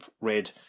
red